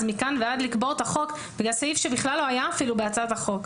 מכאן ועד לקבור את החוק בגלל סעיף שבכלל לא היה אפילו בהצעת החוק.